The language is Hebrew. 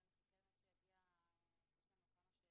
אולי נחכה שיגיע נציג משרד הרווחה כי יש לנו כמה שאלות.